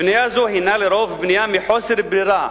בנייה זו היא לרוב מחוסר ברירה,